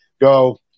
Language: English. go